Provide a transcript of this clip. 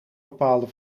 bepaalde